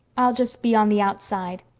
i'll just be on the outside.